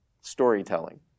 storytelling